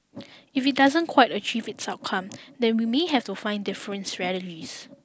if it doesn't quite achieve its outcome then we may have to find different strategies